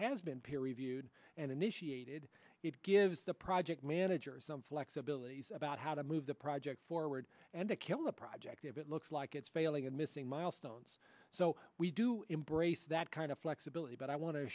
has been peer reviewed and initiated it gives the project manager some flexibility about how to move the project forward and to kill the project if it looks like it's failing and missing milestones so we do embrace that kind of flexibility but i want to